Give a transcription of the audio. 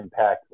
impactful